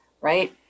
Right